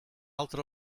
altra